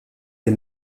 des